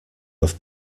have